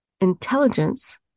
intelligence